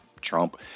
Trump